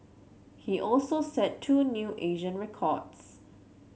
he also set two new Asian records